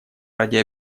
ради